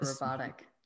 robotic